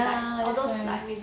ya that's right